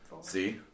See